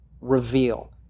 reveal